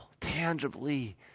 tangibly